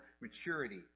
maturity